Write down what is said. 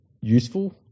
useful